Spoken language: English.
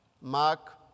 Mark